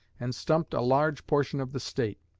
and stumped a large portion of the state.